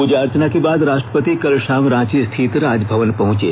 पूजा अर्चना के बाद राष्ट्रपति कल शाम रांची स्थित राजभवन पहुंचे